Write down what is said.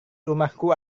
rumahku